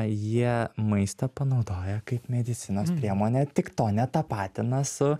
jie maistą panaudoja kaip medicinos priemonę tik to netapatina su